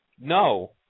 no